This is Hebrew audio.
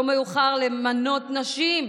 לא מאוחר למנות נשים,